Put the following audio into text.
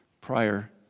prior